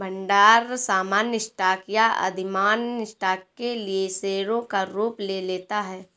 भंडार सामान्य स्टॉक या अधिमान्य स्टॉक के लिए शेयरों का रूप ले लेता है